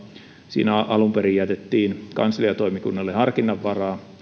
siinä alun perin jätettiin kansliatoimikunnalle harkinnan varaa